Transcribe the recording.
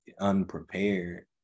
unprepared